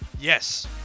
Yes